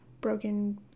broken